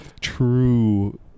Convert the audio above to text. true